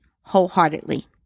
wholeheartedly